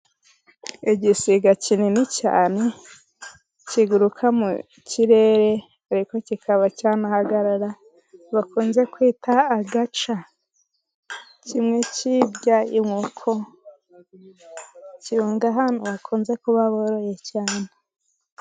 Igisiga kinini cyane kiguruka mu kirere, ariko kikaba cyanahagarara, bakunze kwita agaca. Kimwe kirya inkoko, gikunda ahantu bakunze kuba boroye cyane.